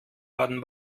baden